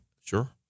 sure